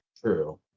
true